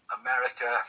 america